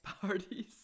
parties